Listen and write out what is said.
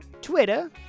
Twitter